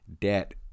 debt